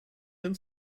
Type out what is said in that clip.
den